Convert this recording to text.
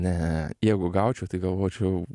ne jeigu gaučiau tai galvočiau